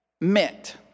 meant